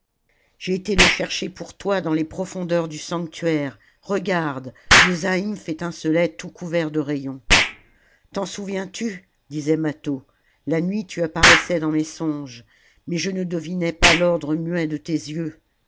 j'ai été le chercher pour toi dans les profondeurs du sanctuaire regarde le zaïmph étincelait tout couvert de rayons t'en souviens-tu disait mâtho la nuit tu apparaissais dans mes songes mais je ne devinais pas l'ordre muet de tes yeux